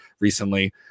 recently